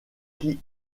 qui